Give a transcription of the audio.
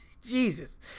Jesus